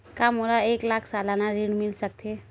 का मोला एक लाख सालाना ऋण मिल सकथे?